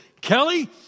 Kelly